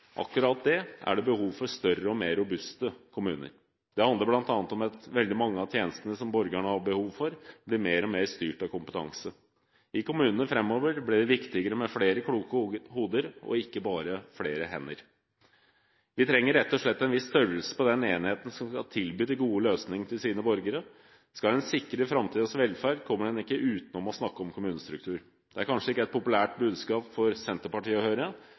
akkurat det, er det behov for større og mer robuste kommuner. Det handler bl.a. om at veldig mange av tjenestene som borgerne har behov for, blir mer og mer styrt av kompetanse. I kommunene framover blir det viktigere med flere kloke hoder, ikke bare flere hender. Vi trenger rett og slett en viss størrelse på den enheten som skal tilby de gode løsningene for sine borgere. Skal en sikre framtidens velferd, kommer en ikke utenom å snakke om kommunestruktur. Det er kanskje ikke et populært budskap for Senterpartiet å høre,